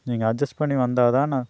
நீங்கள் அஜெஸ்ட் பண்ணி வந்தால் தான் நான்